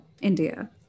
India